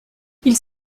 ils